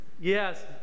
Yes